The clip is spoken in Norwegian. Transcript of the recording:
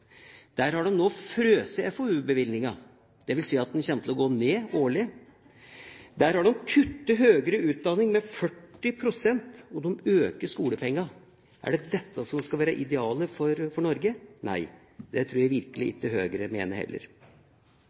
Der har de nå frosset FoU-bevilgningen, dvs. at den kommer til å gå ned årlig. Der har de kuttet i høyere utdanning med 40 pst., og de øker skolepengene. Er det dette som skal være idealet for Norge? Nei. Det tror jeg virkelig ikke Høyre mener heller.